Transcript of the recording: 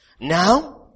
Now